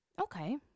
Okay